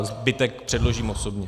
Zbytek předložím osobně.